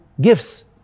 gifts